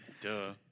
Duh